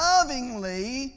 lovingly